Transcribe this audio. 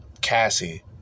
Cassie